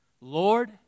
Lord